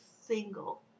single